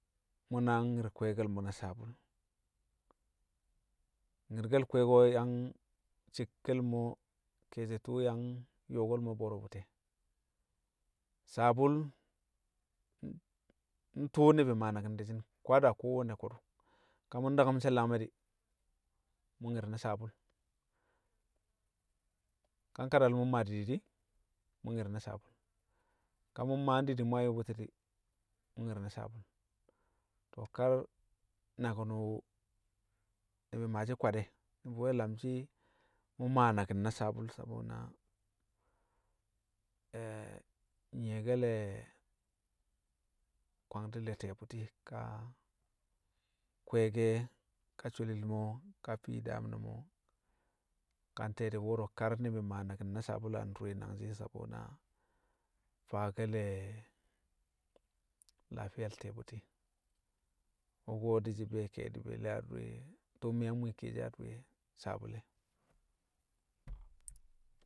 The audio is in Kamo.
mṵ na nyi̱r kwe̱e̱ke̱l mo̱ na sabul. Nyi̱rke̱l kweeko̱ yang cekkel mo̱ ke̱e̱shi̱ tṵṵ yang yo̱o̱ke̱l bo̱ro̱ bṵti̱ e̱. Sabul ntṵṵ ni̱bi̱ maa naki̱n di̱shi̱n kwad e̱. Sabul ko̱dd ka mṵ ndakṵm nshe̱l--dangme̱ di̱, mṵ nyi̱r na sabul. Ka nkadal mo̱ mmaa didi di̱ mu̱ nyi̱r na sabul, ko̱ mṵ mmaa ndidi mṵ yang yṵṵ bṵti̱ di̱, mṵ nyṵu̱ na sabul. To̱ kar naki̱n wu ni̱bi̱ maashi̱ kwad e̱, ni̱bi̱ we̱ lamshi̱ mṵ maa naki̱n na sabul sabo na nyi̱ye̱ke̱le̱ kwangdi̱ le̱ ti̱ye̱ bṵti̱, ka kwe̱e̱ke̱ ka sholil mo̱, ka fii daam ne̱ mo̱, ka nte̱e̱ di̱, wo̱ro̱ kar ni̱bi̱ maa naki̱n na sabul. Adure nangshi̱, sabo na faake̱le̱ lafiyal ti̱yẹ bu̱ti̱. Wṵko̱ di̱shi̱ be̱e̱ ke̱e̱di̱ be̱e̱le̱ a be̱e̱ tṵṵ mi̱ yang mwi̱i̱ kiyeshi adure sabul e